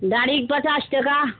दाढ़ीके पचास टाका